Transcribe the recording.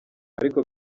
ariko